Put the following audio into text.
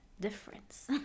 difference